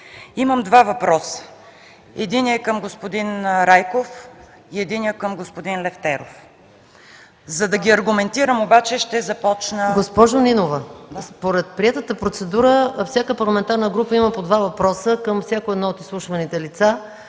Имам два въпроса – единият е към господин Райков, и единият е към господин Лефтеров. За да ги аргументирам обаче ще започна... ПРЕДСЕДАТЕЛ МАЯ МАНОЛОВА: Госпожо Нинова, според приетата процедура всяка парламентарна група има по два въпроса към всяко едно от изслушваните лица.